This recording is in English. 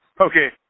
Okay